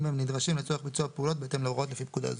אם הם נדרשים לצורך ביצוע פעולות בהתאם להוראות לפי פקודה זו.